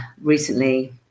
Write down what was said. recently